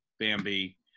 Bambi